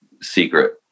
secret